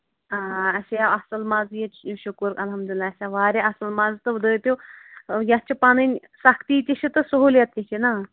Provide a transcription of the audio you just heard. آ آ اَسے آو اَصٕل مَزٕ ییٚتہِ شُکُر الحمدللہ اَسہِ آو واریاہ اَصٕل مَزٕ تہٕ دٔپِو یَتھ چھِ پَنٕنۍ سَختی تہِ چھِ تہٕ سہوٗلیت تہِ چھِ نا